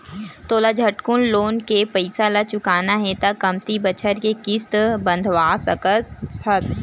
तोला झटकुन लोन के पइसा ल चुकाना हे त कमती बछर के किस्त बंधवा सकस हस